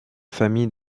famille